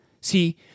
See